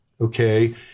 okay